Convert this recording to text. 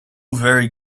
very